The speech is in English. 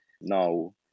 Now